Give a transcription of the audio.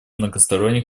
многосторонних